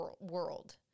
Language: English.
world